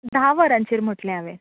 धा वरांचेर म्हटलें हांवेन